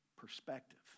perspective